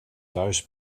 thuis